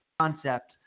concept